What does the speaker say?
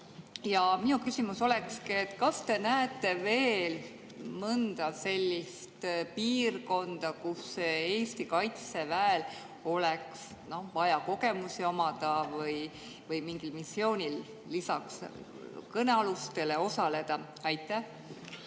Minu küsimus ongi: kas te näete veel mõnda piirkonda, kus Eesti Kaitseväel oleks vaja kogemusi omada või mingil missioonil lisaks kõnealustele osaleda? Praegu